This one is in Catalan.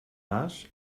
nas